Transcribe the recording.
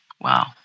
Wow